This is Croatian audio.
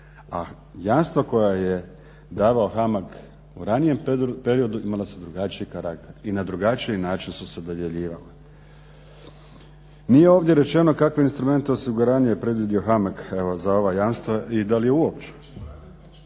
a jamstva koja je davao HAMAG u ranijem periodu imala su drugačiji karakter i na drugačiji način su se dodjeljivali. Nije ovdje rečeno kakve instrumente osiguranja je predvidio HAMAG evo za ova jamstva i da li je uopće.